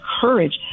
courage